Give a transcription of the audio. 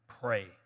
pray